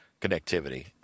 connectivity